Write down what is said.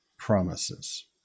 promises